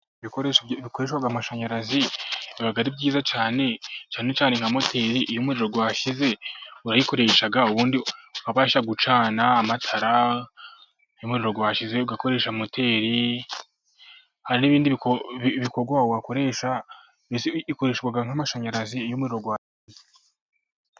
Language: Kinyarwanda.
Ibikoresha bikoresha amashanyarazi biba ari byiza cyane, cyane cyane nka moteri iyo umuriro washize urayikoresha ubundi ukabasha gucana amatara, iyo umuriro washize ugakoresha moteri, hari n'ibindi bikorwa wakoresha, mbese ikoreshwa nk'amashanyarazi iyo umuriro wagiye.